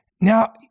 Now